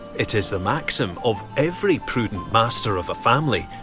it is the maxim of every prudent master of a family,